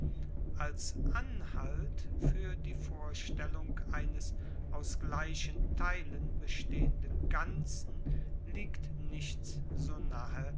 als anhalt fuer die vorstellung eines aus gleichen teilen bestehenden ganzen liegt nichts